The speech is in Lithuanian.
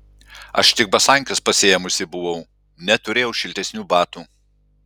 aš tik basankes pasiėmusi buvau neturėjau šiltesnių batų